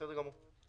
בסדר גמור.